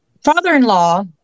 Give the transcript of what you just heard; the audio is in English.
father-in-law